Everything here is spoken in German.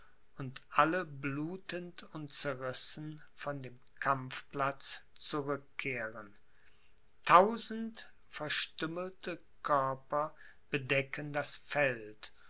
und alle blutend und zerrissen von dem kampfplatz zurückkehren tausend verstümmelte körper bedecken das feld